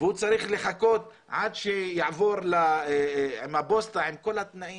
והוא צריך לחכות עד שיעבור עם הפוסטה עם כל התנאים,